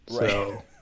Right